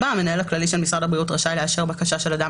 (4) המנהל הכללי של משרד הבריאות רשאי לאשר בקשה של אדם